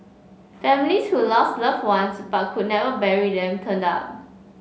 families who lost loved ones but could never bury them turned up